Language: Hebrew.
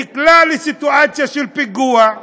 נקלע לסיטואציה של פיגוע,